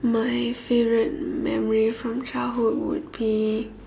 my favourite memory from childhood would be